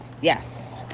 Yes